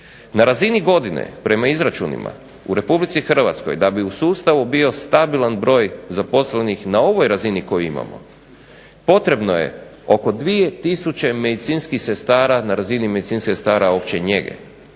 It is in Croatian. Na razini godine, prema izračunima, u Republici Hrvatskoj da bi u sustavu bio stabilan broj zaposlenih na ovoj razini koju imamo, potrebno je oko 2 tisuće medicinskih sestara na razini medicinskih sestara opće njege.